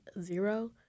zero